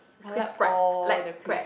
I like all the chris